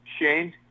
Shane